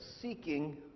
seeking